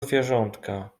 zwierzątka